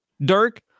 Dirk